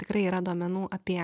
tikrai yra duomenų apie